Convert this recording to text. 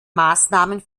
maßnahmen